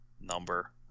number